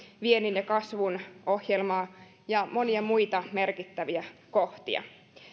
viennin ja kasvun ohjelmaa ja monia muita merkittäviä kohtia